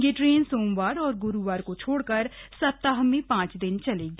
यह ट्रेन सोमवार और ग्रुवार को छोड़कर सप्ताह में पांच दिन चलेगी